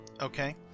Okay